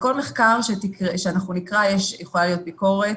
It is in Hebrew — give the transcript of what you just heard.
בכל מחקר שאנחנו נקרא יכולה להיות ביקורת